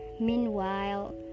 meanwhile